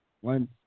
one